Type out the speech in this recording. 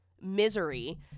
misery